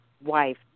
wife